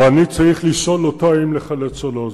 או אני צריך לשאול אותו אם לחלץ או לא.